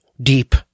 deep